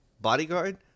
bodyguard